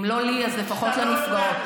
אם לא לי, לפחות לנפגעות.